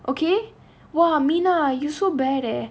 okay !wah! meena you so bad eh